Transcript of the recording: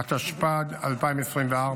התשפ"ד 2024,